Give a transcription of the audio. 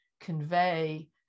convey